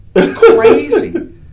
crazy